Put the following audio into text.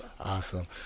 awesome